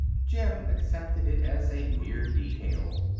jim accepted it as a mere detail,